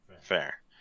Fair